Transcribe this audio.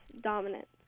dominant